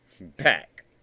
back